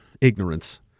ignorance